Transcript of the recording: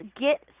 get